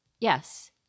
Yes